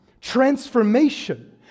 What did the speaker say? transformation